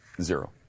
Zero